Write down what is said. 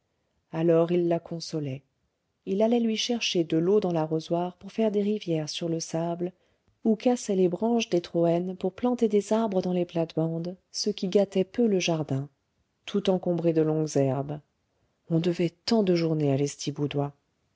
alors il la consolait il allait lui chercher de l'eau dans l'arrosoir pour faire des rivières sur le sable ou cassait les branches des troènes pour planter des arbres dans les plates-bandes ce qui gâtait peu le jardin tout encombré de longues herbes on devait tant de journées à